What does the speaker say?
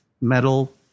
metal